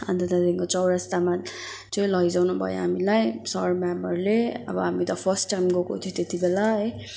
अन्त त्यहाँदेखि चौरस्तामा चाहिँ लैजानुभयो हामीलाई सर म्यामहरूले अब हामी त फर्स्ट टाइम गएको थियौँ त्यति बेला है